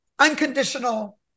unconditional